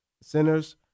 Centers